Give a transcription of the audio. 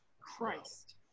Christ